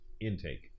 intake